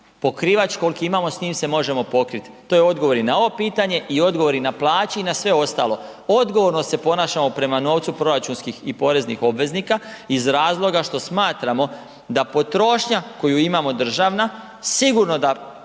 pokrivač koliki imamo s njim se možemo pokrit, to je odgovor i na ovo pitanje i odgovor i na plaće i sve ostalo. Odgovorno se ponašamo prema novcu proračunskih i poreznih obveznika iz razloga što smatramo da potrošnja koju imamo državna sigurno da